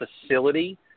facility